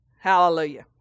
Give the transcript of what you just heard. Hallelujah